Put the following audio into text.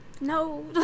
no